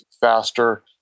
faster